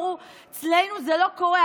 אמרו: אצלנו זה לא קורה.